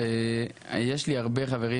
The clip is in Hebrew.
יש לי הרבה חברים